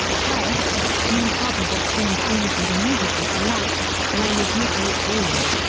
first, small bubbles of steam formed and immediately collapsed, known as nucleate boiling.